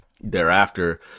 thereafter